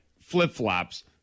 flip-flops